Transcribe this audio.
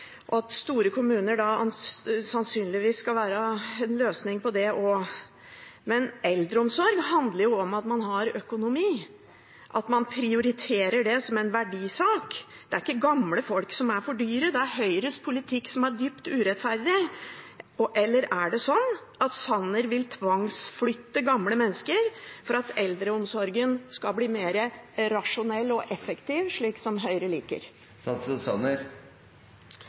og at store kommuner sannsynligvis vil være løsningen på det også. Men eldreomsorg handler jo om at man har økonomi, at man prioriterer det som en verdisak. Det er ikke gamle folk som er for dyre, det er Høyres politikk som er dypt urettferdig. Eller er det sånn at Sanner vil tvangsflytte gamle mennesker for at eldreomsorgen skal bli mer rasjonell og effektiv, slik som Høyre liker?